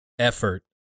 effort